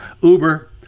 Uber